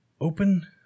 open